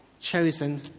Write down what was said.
Chosen